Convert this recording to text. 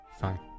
Fine